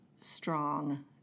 strong